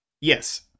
Yes